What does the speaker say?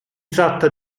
tratta